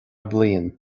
bliain